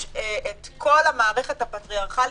אני אומר את זה במלוא הרצינות.